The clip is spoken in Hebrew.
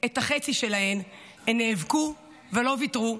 את החצי שלהן, הן נאבקו ולא ויתרו.